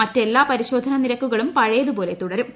മറ്റെല്ലാ പരിശോധനാ നിരക്കുകളും പഴയതുപോലെ തുടരും